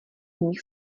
nich